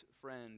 friend